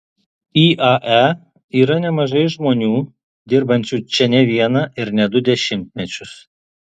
iae yra nemažai žmonių dirbančių čia ne vieną ir ne du dešimtmečius